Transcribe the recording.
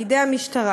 בידי המשטרה,